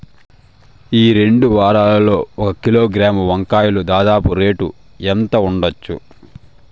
ఈ రెండు వారాల్లో ఒక కిలోగ్రాము వంకాయలు దాదాపు రేటు ఎంత ఉండచ్చు?